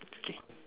okay